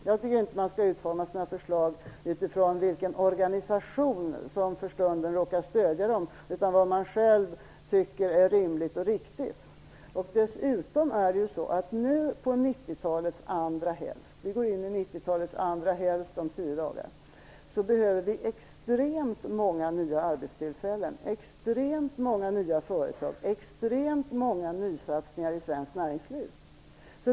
Jag tycker inte att man skall utforma sina förslag utifrån vilken organisation som för stunden råkar stöda ett visst förslag, utan man skall utgå från vad man själv tycker är rimligt och riktigt. Om tio dagar går vi in i 90-talets andra hälft, och vi behöver extremt många nya arbetstillfällen, extremt många nya företag och extremt många nysatsningar i svenskt näringsliv.